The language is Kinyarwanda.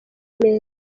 meza